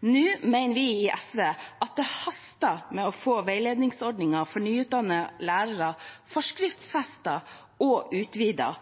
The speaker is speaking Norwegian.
Nå mener vi i SV at det haster med å få veiledningsordningen for nyutdannede lærere forskriftsfestet og